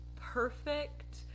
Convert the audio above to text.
perfect